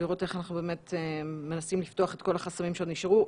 ולראות איך אנחנו מנסים לפתוח את כל החסמים שעוד נשארו.